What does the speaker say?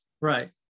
Right